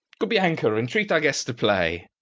good bianca, entreat our guest to play.